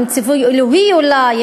הן ציווי אלוהי אולי,